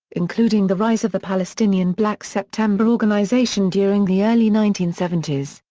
including the rise of the palestinian black september organization during the early nineteen seventy s.